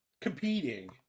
competing